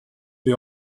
the